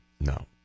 No